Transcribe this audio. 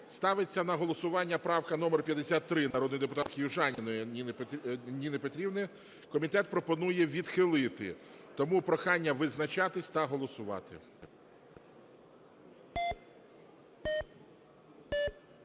ставиться на голосування правка номер 53 народного депутатки Южаніної Ніни Петрівни. Комітет пропонує відхилити, тому прохання визначатись та голосувати.